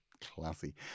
classy